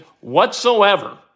whatsoever